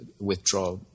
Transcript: withdraw